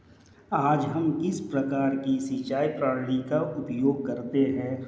आज हम किस प्रकार की सिंचाई प्रणाली का उपयोग करते हैं?